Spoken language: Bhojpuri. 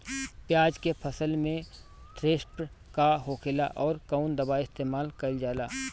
प्याज के फसल में थ्रिप्स का होखेला और कउन दवाई इस्तेमाल कईल जाला?